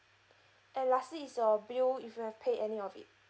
and lastly is your bill you had paid any of it